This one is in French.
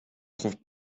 trouve